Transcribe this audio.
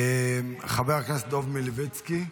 חבר הכנסת דב מלביצקי,